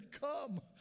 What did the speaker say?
come